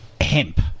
Hemp